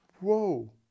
Whoa